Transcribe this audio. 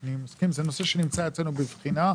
אני מסכים, זה נושא שנמצא אצלנו בבחינה.